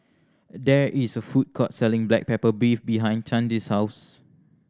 there is a food court selling black pepper beef behind Candi's house